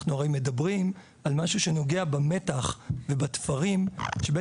אנחנו הרי מדברים על משהו שנוגע במתח ובתפרים שבין